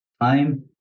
time